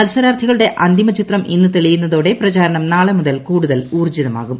മത്സരാർത്ഥികളുടെ അന്തിമചിത്രം ഇന്ന് തെളിയുന്നതോടെ പ്രചാരണം നാളെ മുതൽ കൂടുതൽ ഊർജിതമാകും